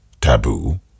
taboo